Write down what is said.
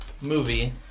movie